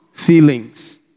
feelings